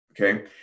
Okay